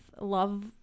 love